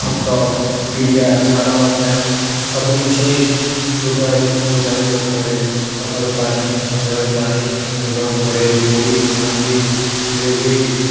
ଖତ ପିଡ଼ିଆ ସାର ପାଣି ସବୁ କିଛି ଯୋଗାଇ ଯୋଗାଇବାକୁ ପଡ଼େ ସକାଳୁ ପାଣି ସନ୍ଧ୍ୟା ବେଳୁ ପାଣି ଦେବାକୁ ପଡ଼େ କୋଡ଼ି ଖଳନ୍ତି ରେ ବି